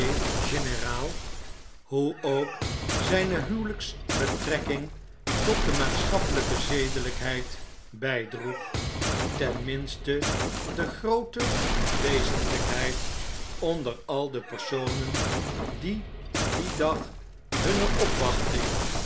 hoe ook znne huwelpsbetrekking tot de maatschappelfike zedelpheid bndroeg ten minste de groote wezenlnkheid onder al de personen die dien dag hunne opwachting